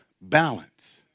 balance